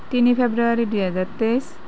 তিনি ফেব্ৰুৱাৰী দুহেজাৰ তেইছ